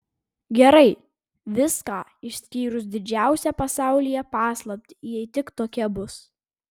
gerai viską išskyrus didžiausią pasaulyje paslaptį jei tik tokia bus